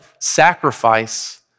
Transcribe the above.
sacrifice